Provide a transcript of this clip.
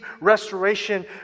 restoration